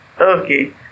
Okay